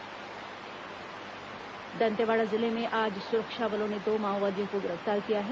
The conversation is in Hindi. माओवादी गिरफ्तार दंतेवाड़ा जिले में आज सुरक्षा बलों ने दो माओवादियों को गिरफ्तार किया है